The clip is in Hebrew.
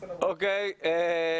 או.קיי.